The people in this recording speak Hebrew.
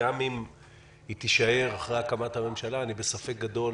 גם אם היא תישאר אחרי הקמת הממשלה אני בספק גדול